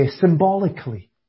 symbolically